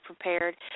prepared